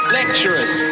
lecturers